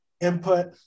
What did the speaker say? input